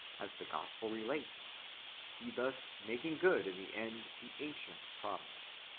as the gospel relates he thus making good in the end the ancient promise.